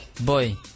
Boy